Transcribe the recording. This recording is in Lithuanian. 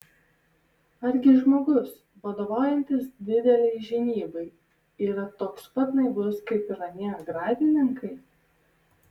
argi žmogus vadovaujantis didelei žinybai yra toks pat naivus kaip ir anie agrarininkai